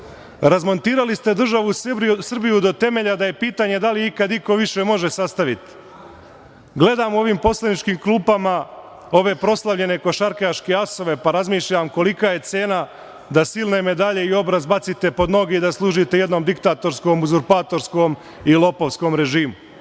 Razmontirali ste državu Srbiju do temelja da je pitanje da li je ikad iko više može sastaviti. Gledam u ovim poslaničkim klupama ove proslavljene košarkaške asove, pa razmišljam kolika je cena da silne medalje i obraz bacite pod noge i da služite jednom diktatorskom, uzurpatorskom i lopovskom režimu.